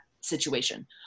situation